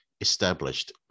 established